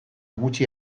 gutxi